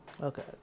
Okay